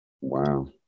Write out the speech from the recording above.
Wow